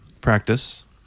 Practice